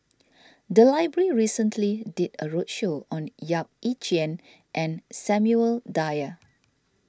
the library recently did a roadshow on Yap Ee Chian and Samuel Dyer